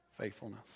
faithfulness